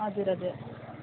हजुर हजुर